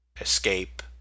Escape